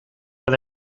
del